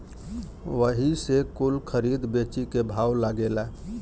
वही से कुल खरीद बेची के भाव लागेला